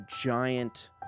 giant